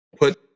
put